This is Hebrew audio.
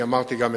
אמרתי מה עמדתי.